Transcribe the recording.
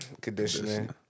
conditioning